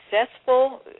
successful